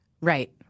Right